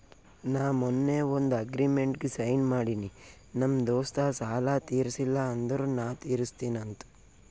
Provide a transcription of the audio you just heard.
ನಾ ಮೊನ್ನೆ ಒಂದ್ ಅಗ್ರಿಮೆಂಟ್ಗ್ ಸೈನ್ ಮಾಡಿನಿ ನಮ್ ದೋಸ್ತ ಸಾಲಾ ತೀರ್ಸಿಲ್ಲ ಅಂದುರ್ ನಾ ತಿರುಸ್ತಿನಿ ಅಂತ್